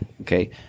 Okay